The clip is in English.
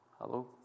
Hello